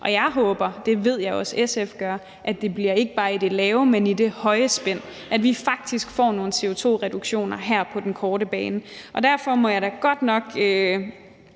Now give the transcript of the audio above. og jeg håber – det ved jeg også SF gør – at det ikke bare bliver i det lave, men i det høje spænd, at vi faktisk får nogle CO2-reduktioner her på den korte bane, og derfor må jeg da godt nok